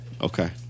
Okay